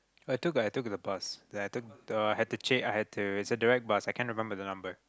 I took I took the bus there I took though I had to cha~ I had to it's a direct bus I can't remember the number